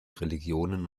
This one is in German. religionen